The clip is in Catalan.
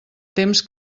temps